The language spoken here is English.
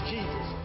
Jesus